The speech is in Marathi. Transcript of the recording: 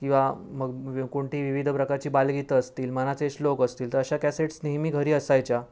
किंवा मग कोणती विविध प्रकारची बालगीतं असतील मनाचे श्लोक असतील तर अशा कॅसेट्स नेहमी घरी असायच्या